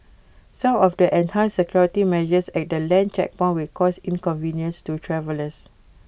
some of the enhanced security measures at the land checkpoints will cause inconvenience to travellers